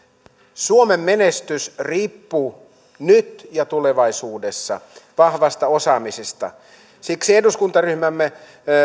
suomen menestys riippuu nyt ja tulevaisuudessa vahvasta osaamisesta siksi eduskuntaryhmämme